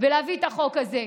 ולהעביר את החוק הזה.